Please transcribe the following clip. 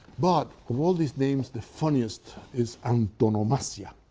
but, of all of these names, the funniest is antonomasia,